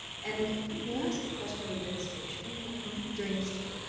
and may i ask a question of administration during this debate?